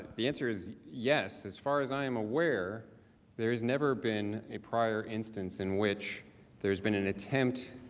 the answer is yes. as far as i am aware there is never been a prior instance in which there has been an attempt,